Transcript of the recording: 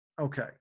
Okay